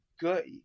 good